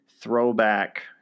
throwback